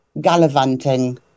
gallivanting